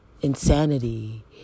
Insanity